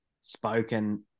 spoken